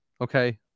Okay